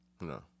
No